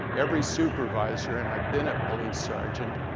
every supervisor and i've been a police sergeant